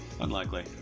Unlikely